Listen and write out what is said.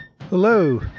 Hello